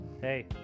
hey